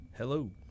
Hello